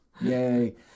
Yay